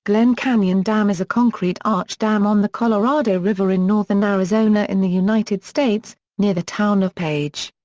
glen canyon dam is a concrete arch dam on the colorado river in northern arizona in the united states, near the town of page.